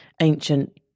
ancient